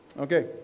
okay